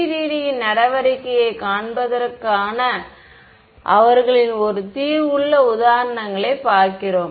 FDTD ன் நடவடிக்கையை காண்பிப்பதற்காக அவர்களின் ஒரு தீர்வுள்ள உதாரணங்களை பார்க்கிறோம்